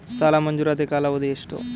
ಸಾಲ ಮಂಜೂರಾತಿ ಕಾಲಾವಧಿ ಎಷ್ಟು?